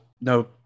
No